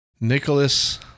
Nicholas